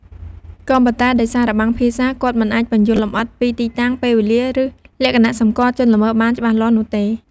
ក៏ប៉ុន្តែដោយសាររបាំងភាសា គាត់មិនអាចពន្យល់លម្អិតពីទីតាំង ពេលវេលា ឬលក្ខណៈសម្គាល់ជនល្មើសបានច្បាស់លាស់នោះទេ។